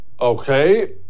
Okay